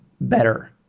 better